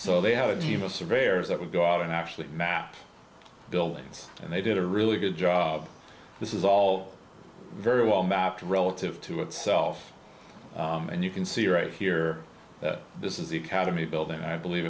surveyors that would go out and actually map buildings and they did a really good job this is all very well mapped relative to itself and you can see right here this is the academy building i believe